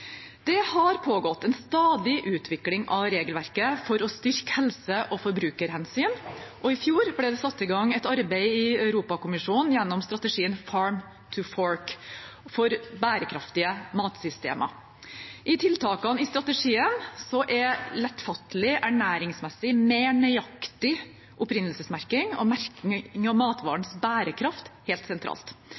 Det har pågått en stadig utvikling av regelverket for å styrke helse- og forbrukerhensyn, og i fjor ble det satt i gang et arbeid i Europakommisjonen gjennom strategien Farm to Fork, for bærekraftige matsystemer. I tiltakene i strategien står lettfattelig, ernæringsmessig, mer nøyaktig opprinnelsesmerking og merking av matvarens bærekraft helt sentralt.